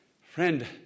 Friend